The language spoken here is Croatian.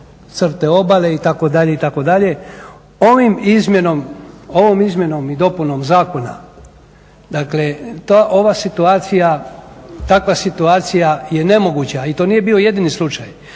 crte obale itd. Ovom izmjenom izmjenom i dopunom zakona, dakle ova situacija, takva situacija je nemoguća i to nije bio jedini slučaj.